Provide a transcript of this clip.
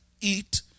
eat